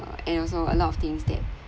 and also a lot of things that